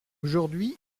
aujourd’hui